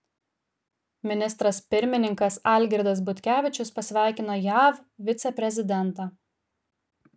ministras pirmininkas algirdas butkevičius pasveikino jav viceprezidentą